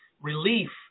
relief